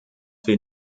wir